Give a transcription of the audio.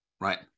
right